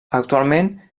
actualment